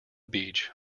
beach